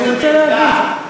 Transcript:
הוא רוצה להבין.